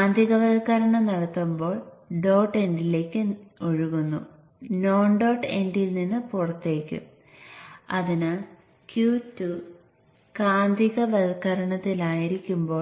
അതിനാൽ dot end Vin ലും non dot end C1 C2 കോമ്പിനേഷന്റെ മധ്യഭാഗവുമായി ബന്ധിപ്പിച്ചിരിക്കുന്നു